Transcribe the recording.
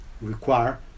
require